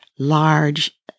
Large